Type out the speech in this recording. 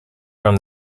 from